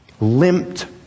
limped